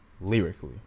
lyrically